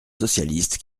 socialiste